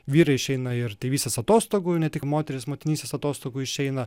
vyrai išeina ir tėvystės atostogų ne tik moterys motinystės atostogų išeina